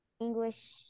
English